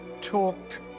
talked